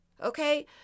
Okay